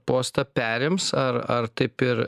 postą perims ar ar taip ir